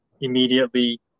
immediately